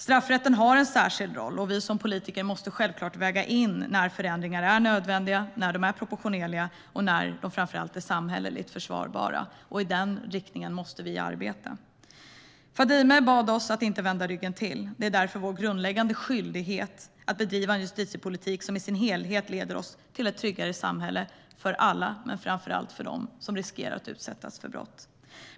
Straffrätten har en särskild roll, och vi som politiker måste självklart väga av när förändringar är nödvändiga, proportionerliga och framför allt samhälleligt försvarbara. I den riktningen måste vi arbeta. Fadime bad oss att inte vända ryggen till. Det är därför vår grundläggande skyldighet att bedriva en justitiepolitik som i sin helhet leder oss till ett tryggare samhälle för alla men framför allt för dem som löper risk att utsättas för brott.